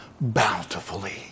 bountifully